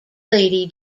lady